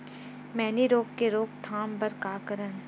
मैनी रोग के रोक थाम बर का करन?